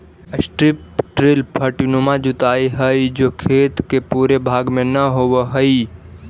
strip till पट्टीनुमा जोताई हई जो खेत के पूरे भाग में न होवऽ हई